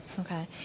Okay